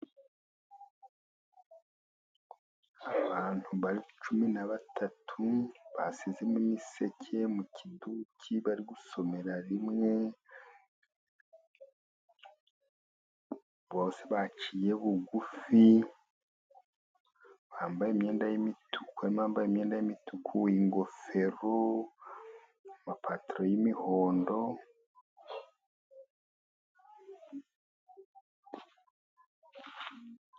Abantu cumi na batatu, basize imiseke mu kiduki, bari gusomera rimwe, bose baciye bugufi, bambaye imyenda y'imituku, harimo abambaye imyenda yumutuku, ngofero amapantaro y'imihondo.